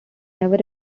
never